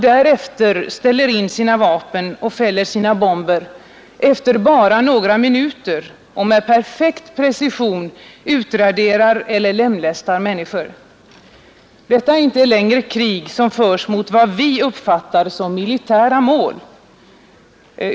Därefter ställer de in sina vapen och fäller sina bomber efter bara några minuter och med en perfekt precision utraderar eller lemlästar människor. Detta är inte längre ett krig som förs mot vad vi uppfattar som militära mål.